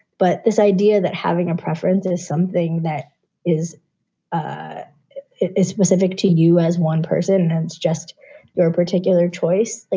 but this idea that having a preference is something that is ah is specific to you as one person and just your particular choice. like